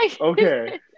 Okay